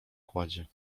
kładzie